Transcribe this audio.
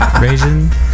Raisin